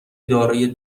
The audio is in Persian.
دارای